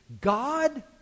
God